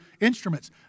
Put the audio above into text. instruments